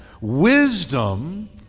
Wisdom